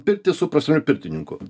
pirtį su prasme pirtininku